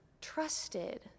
trusted